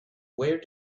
where